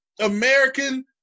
American